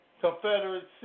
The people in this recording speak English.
Confederate